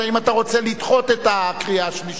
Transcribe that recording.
האם אתה רוצה לדחות את הקריאה השלישית?